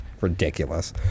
Ridiculous